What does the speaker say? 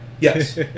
Yes